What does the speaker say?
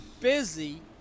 busy